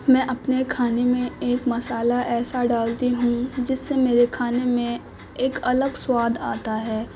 میں اپنے کھانے میں ایک مسالہ ایسا ڈالتی ہوں جس سے میرے کھانے میں ایک الگ سواد آتا ہے